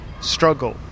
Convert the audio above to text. struggle